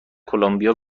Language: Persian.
کلمبیا